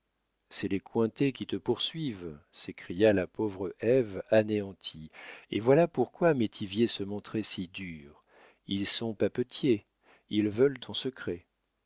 les cointet qui te poursuivent s'écria la pauvre ève anéantie et voilà pourquoi métivier se montrait si dur ils sont papetiers ils veulent ton secret